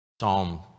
Psalm